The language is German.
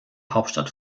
hauptstadt